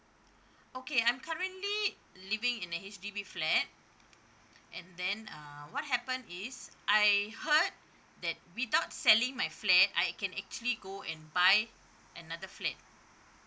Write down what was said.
okay I'm currently living in a H_D_B flat and then uh what happen is I heard that without selling my flat I can actually go and buy another flat